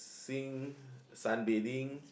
~xing sunbathing